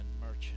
merchant